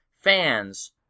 fans